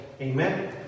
amen